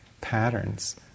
patterns